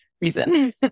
reason